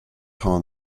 hunt